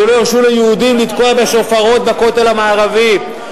שלא הרשו ליהודים לתקוע בשופרות בכותל המערבי,